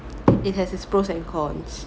it has it's pros and cons